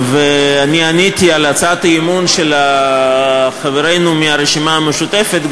ואני עניתי על הצעת אי-אמון של חברינו מהרשימה המשותפת.